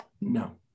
No